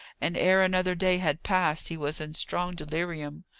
and ere another day had passed he was in strong delirium.